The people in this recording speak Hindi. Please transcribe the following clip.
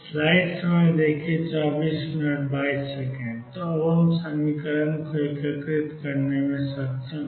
तो अब हम समीकरण को एकीकृत करने में सक्षम हैं